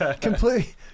Completely